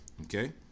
Okay